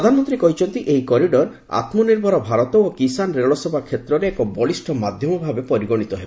ପ୍ରଧାନମନ୍ତ୍ରୀ କହିଛନ୍ତି ଏହି କରିଡ଼ର ଆତ୍ମନିର୍ଭର ଭାରତ ଓ କିଷାନ ରେଳସେବା କ୍ଷେତ୍ରରେ ଏକ ବଳିଷ୍ଣ ମାଧ୍ୟମ ଭାବେ ପରିଗଣିତ ହେବ